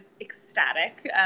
ecstatic